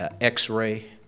x-ray